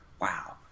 wow